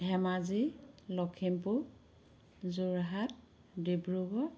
Dhemaji Lakhimpur Jorhat Dibrugarh